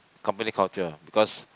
company culture because